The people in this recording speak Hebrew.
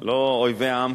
לא "אויבי העם",